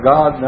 God